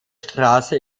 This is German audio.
straße